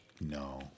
No